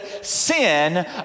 sin